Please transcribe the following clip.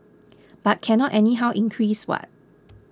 because cannot anyhow increase what